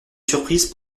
surprise